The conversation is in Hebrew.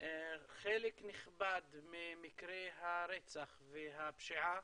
חלק נכבד ממקרי הרצח והפשיעה